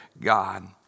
God